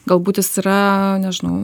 galbūt jis yra nežinau